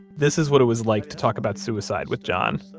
this is what it was like to talk about suicide with john.